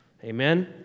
Amen